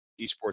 eSports